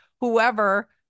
whoever